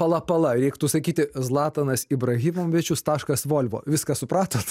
pala pala reiktų sakyt zlatanas ibrahimovičius taškas volvo viską supratot